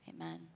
Amen